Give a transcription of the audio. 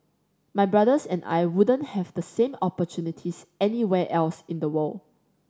my brothers and I wouldn't have the same opportunities anywhere else in the world